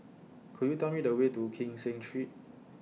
Could YOU Tell Me The Way to Kee Seng Street